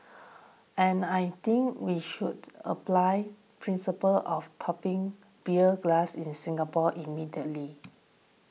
and I think we should apply principles of toppling beer glass in Singapore immediately